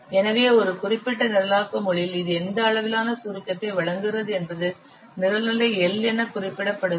எனவே ஒரு குறிப்பிட்ட நிரலாக்க மொழியில் இது எந்த அளவிலான சுருக்கத்தை வழங்குகிறது என்பது நிரல் நிலை L என குறிப்பிடப்படுகிறது